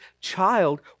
child